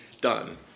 done